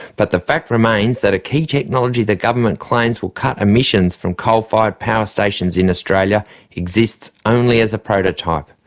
but the fact remains that a key technology the government claims will cut emissions from coal fired power stations in australia exists only as a prototype.